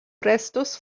restos